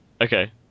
Okay